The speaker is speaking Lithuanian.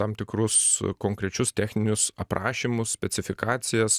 tam tikrus konkrečius techninius aprašymus specifikacijas